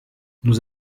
nous